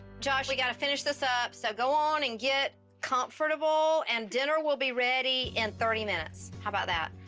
josh we gotta finish this up, so go on and get comfortable, and dinner will be ready in thirty minutes, how about that?